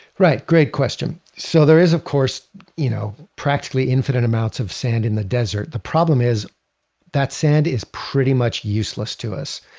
right. great question. so there is of course you know practically infinite amounts of sand in the desert. the problem is that sand is pretty much useless to us.